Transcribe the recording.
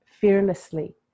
fearlessly